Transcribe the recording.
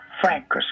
Frank